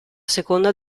seconda